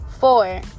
four